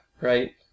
right